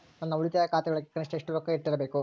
ನನ್ನ ಉಳಿತಾಯ ಖಾತೆಯೊಳಗ ಕನಿಷ್ಟ ಎಷ್ಟು ರೊಕ್ಕ ಇಟ್ಟಿರಬೇಕು?